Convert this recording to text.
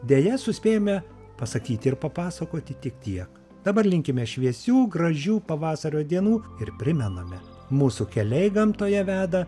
deja suspėjome pasakyti ir papasakoti tik tiek dabar linkime šviesių gražių pavasario dienų ir primename mūsų keliai gamtoje veda